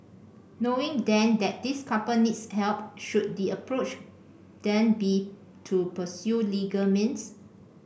knowing then that this couple needs help should the approach then be to pursue legal means